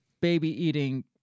baby-eating